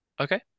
Okay